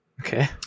Okay